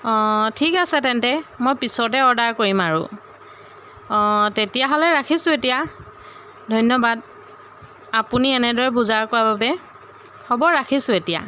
অঁ ঠিক আছে তেন্তে মই পিছতে অৰ্ডাৰ কৰিম আৰু অঁ তেতিয়াহ'লে ৰাখিছোঁ এতিয়া ধন্যবাদ আপুনি এনেদৰে বুজা কৰা বাবে হ'ব ৰাখিছোঁ এতিয়া